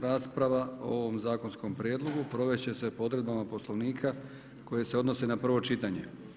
Rasprava o ovom zakonskom prijedlogu, provesti će se po odredbama poslovnika, koje se odnose na prvo čitanje.